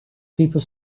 people